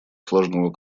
сложного